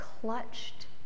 clutched